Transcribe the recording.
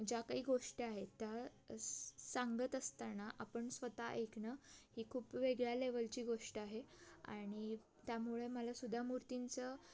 ज्या काही गोष्टी आहेत त्या सांगत असताना आपण स्वत ऐकणं ही खूप वेगळ्या लेवलची गोष्ट आहे आणि त्यामुळे मला सुधा मूर्तींचं